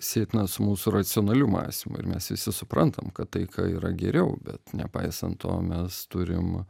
sietina su mūsų racionaliu mąstymu ir mes visi suprantam kad taika yra geriau bet nepaisant to mes turim